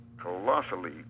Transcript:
colossally